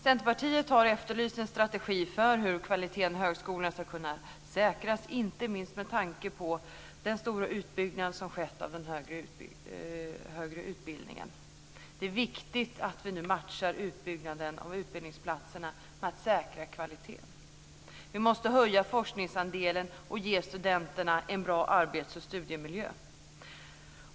Centerpartiet har efterlyst en strategi för hur kvaliteten i högskolan ska kunna säkras inte minst med tanke på den stora utbyggnad som skett av den högre utbildningen. Det är viktigt att nu matcha utbyggnaden av utbildningsplatserna med att säkra kvaliteten. Vi måste höja forskningsandelen och ge studenterna en bra arbetsoch studiemiljö.